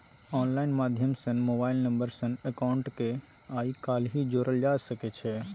online माध्यम सँ mobile number सँ अकाउंट केँ आइ काल्हि जोरल जा सकै छै